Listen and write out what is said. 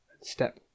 step